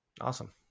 Awesome